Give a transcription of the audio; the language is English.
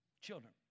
children